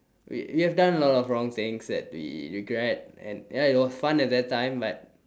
we we have done a lot of wrong things that we regret and ya it was fun at that time but